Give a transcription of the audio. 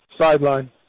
Sideline